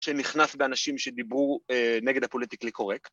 ‫שנכנס באנשים שדיברו ‫נגד הפוליטיקלי קורקט